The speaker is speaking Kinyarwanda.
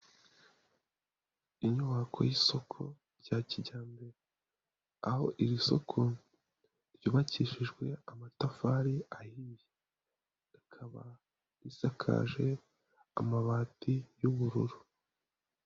Inyubako y'isoko rya kijyambere aho iri soko ryubakishijwe amatafari ahiye rikaba risakaje amabati y'ubururu.